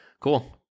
Cool